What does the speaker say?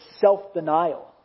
self-denial